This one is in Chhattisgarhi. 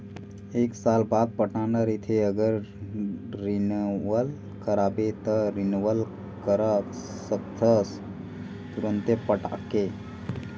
एक साल बाद पटाना रहिथे अगर रिनवल कराबे त रिनवल करा सकथस तुंरते पटाके